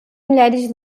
mulheres